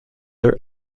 their